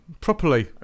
properly